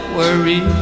worry